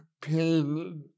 pain